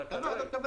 כזה.